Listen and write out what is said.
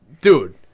dude